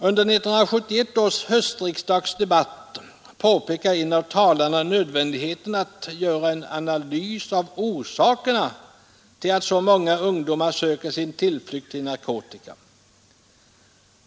Under 1971 års höstriksdags debatt i ämnet påpekade en av talarna nödvändigheten av att göra en analys av orsakerna till att så många ungdomar söker sin tillflykt i narkotika.